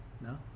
no